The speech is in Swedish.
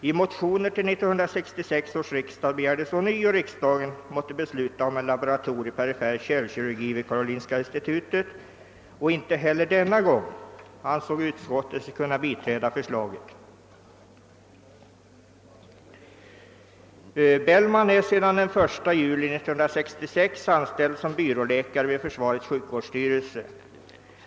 I motioner till 1966 års riksdag begärdes ånyo, att riksdagen mätte besluta om en laboratur i perifer kärlkirurgi vid Karolinska institutet, Icke heller denna gång ansåg utskottet sig kunna biträda förslaget. Bellman är sedan 1 juli 1966 anställd som byråläkare vid försvarets sjukvårdsstyrelse.